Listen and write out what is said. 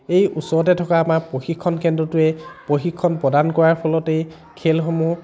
এই ওচৰতে থকা আমাৰ প্ৰশিক্ষণ কেন্দ্ৰটোৱে প্ৰশিক্ষণ প্ৰদান কৰাৰ ফলতেই খেলসমুহ